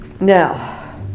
Now